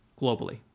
globally